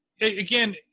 again